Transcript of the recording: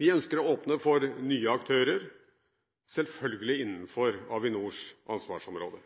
Vi ønsker å åpne for nye aktører – selvfølgelig innenfor Avinors ansvarsområde.